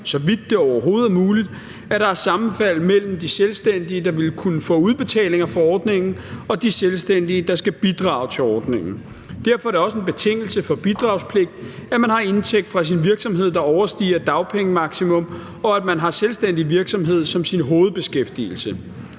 så vidt det overhovedet er muligt, at der er sammenfald mellem de selvstændige, der vil kunne få udbetalinger fra ordningen, og de selvstændige, der skal bidrage til ordningen. Derfor er det også en betingelse for bidragspligt, at man har indtægt fra sin virksomhed, der overstiger dagpengemaksimum, og at man har selvstændig virksomhed som sin hovedbeskæftigelse.